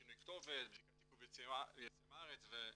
שינוי כתובת, בדיקת עיכוב יציאה מהארץ ועוד.